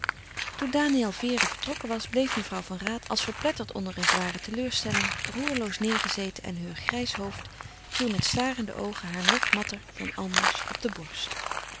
toen daniël vere vertrokken was bleef mevrouw van raat als verpletterd onder een zware teleurstelling roerloos neêrgezeten en heur grijs hoofd viel met starende oogen haar nog matter dan anders op de borst